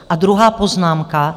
A druhá poznámka.